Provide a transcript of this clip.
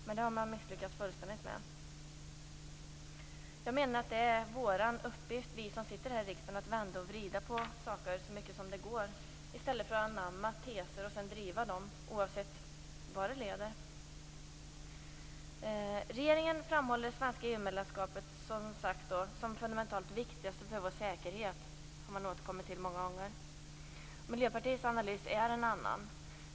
Men det har de misslyckats fullständigt med. Det är vår uppgift i riksdagen att vända och vrida på saker och ting så mycket det går i stället för att anamma teser och driva dem oavsett vart de leder. Regeringen framhåller det svenska EU medlemskapet som det fundamentalt viktigaste för vår säkerhet. Miljöpartiets analys är en annan.